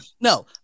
No